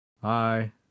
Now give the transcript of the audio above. Hi